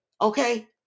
Okay